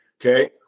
okay